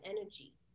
energy